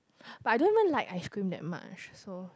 but I don't even like ice cream that much so